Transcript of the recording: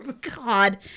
God